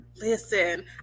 Listen